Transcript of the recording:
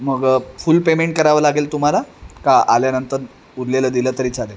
मग full payment करावं लागेल तुम्हाला का आल्यानंतर उरलेलं दिलं तरी चालेल